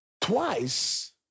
twice